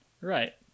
right